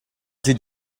did